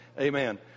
amen